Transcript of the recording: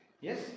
Yes